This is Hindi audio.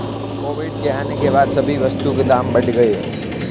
कोविड के आने के बाद सभी वस्तुओं के दाम बढ़ गए हैं